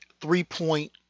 three-point